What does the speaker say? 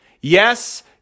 Yes